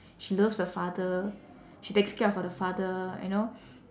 she loves her father she takes care of her father you know